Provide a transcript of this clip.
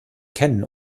kennen